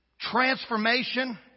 transformation